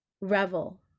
revel